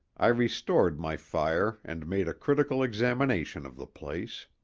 i restored my fire and made a critical examination of the place.